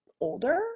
older